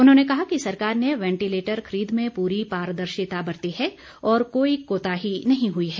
उन्होंने कहा कि सरकार ने वेंटीलेटर खरीद में पूरी पारदर्शिता बरती है और कोई कोताही नहीं हुई है